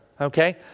okay